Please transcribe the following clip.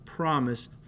promise